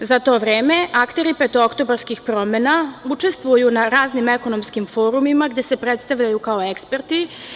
Za to vreme, akteri petooktobarskih promena učestvuju na raznim ekonomskim forumima, gde se predstavljaju kao eksperti.